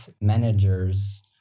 managers